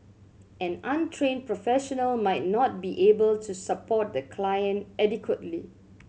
an untrained professional might not be able to support the client adequately